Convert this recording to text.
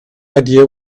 idea